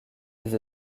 des